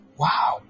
wow